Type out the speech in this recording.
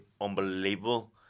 unbelievable